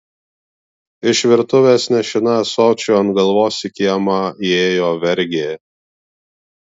iš virtuvės nešina ąsočiu ant galvos į kiemą įėjo vergė